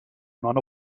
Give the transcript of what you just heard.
hanno